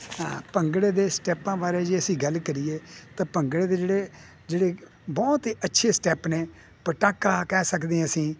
ਹਾਂ ਭੰਗੜੇ ਦੇ ਸਟੈਪਾਂ ਬਾਰੇ ਜੇ ਅਸੀਂ ਗੱਲ ਕਰੀਏ ਤਾਂ ਭੰਗੜੇ ਦੇ ਜਿਹੜੇ ਜਿਹੜੇ ਬਹੁਤ ਹੀ ਅੱਛੇ ਸਟੈਪ ਨੇ ਪਟਾਕਾ ਕਹਿ ਸਕਦੇ ਹਾਂ ਅਸੀਂ